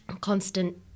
constant